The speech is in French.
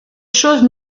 choses